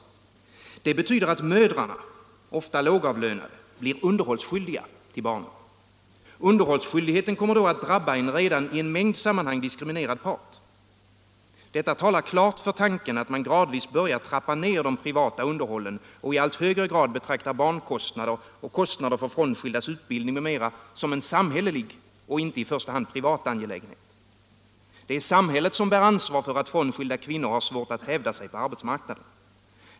Detta betyder att mödrarna — ofta lågavlönade — blir underhållsskyldiga för barnen. Underhållsskyldigheten kommer då att drabba en redan i många sammanhang diskriminerad part. Detta talar klart för tanken att man gradvis börjar trappa ner de privata underhållen och i allt högre grad betraktar barnkostnader och kostnader för frånskildas utbildning m.m. som en samhällelig, inte en i första hand privat angelägenhet. Det är samhället som bär ansvaret för att frånskilda kvinnor har svårt att hävda sig på arbetsmarknaden.